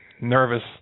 nervous